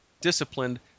disciplined